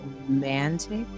romantic